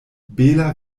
bela